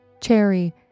Cherry